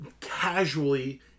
casually